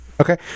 okay